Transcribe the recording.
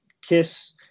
kiss